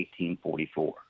1844